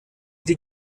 die